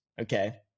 okay